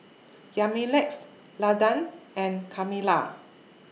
Yamilex Landan and Carmella